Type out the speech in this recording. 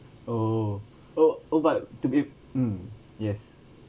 oh oh oh but to be mm yes